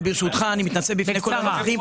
ואני מתנצל בפני כל הנוכחים,